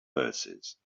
verses